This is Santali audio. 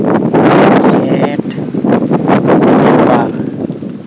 ᱡᱷᱮᱸᱴ